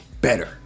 better